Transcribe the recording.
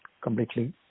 completely